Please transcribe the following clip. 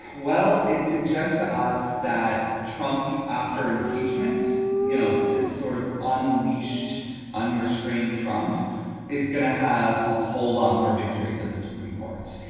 well, it suggests to us that trump, after impeachment, you know, this sort of unleashed unrestrained trump is going to have a whole lot more victories at the supreme court.